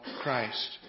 Christ